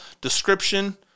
description